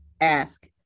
ask